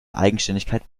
eigenständigkeit